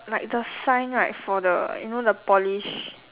like the sign right for the you know the polish